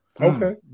Okay